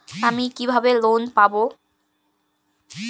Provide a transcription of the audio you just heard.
আমি কিভাবে লোন পাব?